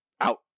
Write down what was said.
Out